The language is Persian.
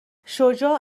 شجاع